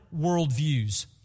worldviews